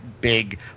big